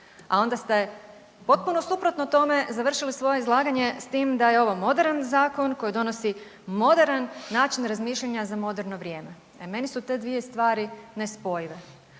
A onda ste potpuno suprotno tome završili svoje izlaganje s tim da je ovo moderan zakon koji donosi moderan način razmišljanja za moderno vrijeme. E meni su te dvije stvari nespojive.